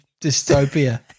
dystopia